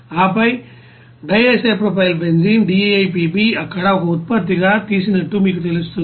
ఆపై DIPB అక్కడ ఒక ఉత్పత్తిగా తీసినట్లు మీకు తెలుస్తుంది